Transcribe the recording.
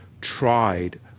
tried